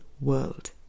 world